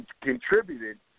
contributed